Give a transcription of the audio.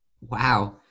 Wow